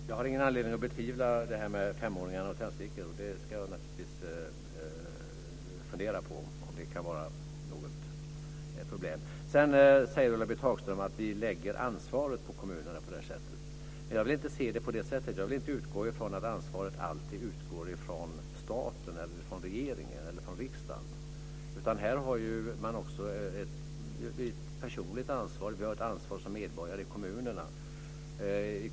Fru talman! Jag har ingen anledning att betvivla det här med femåringar och tändstickor. Jag ska naturligtvis fundera på huruvida det kan vara ett problem. Ulla-Britt Hagström säger att vi lägger ansvaret på kommunerna. Men jag vill inte se det på det sättet. Jag vill inte utgå från att ansvaret alltid kommer från staten, regeringen eller riksdagen, utan här har man också ett personligt ansvar. Man har ett ansvar som medborgare i kommunerna.